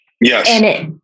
Yes